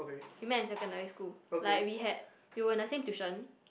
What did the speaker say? we met at secondary school like we had we were in the same tuition